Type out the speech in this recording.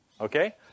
Okay